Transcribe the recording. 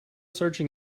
searching